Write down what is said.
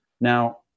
Now